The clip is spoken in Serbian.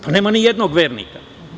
Tu nema nijednog vernika.